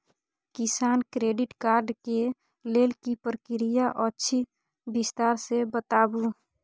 किसान credit card के लेल की प्रक्रिया अछि विस्तार से बताबू?